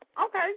Okay